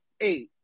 eight